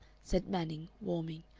said manning, warming.